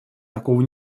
такого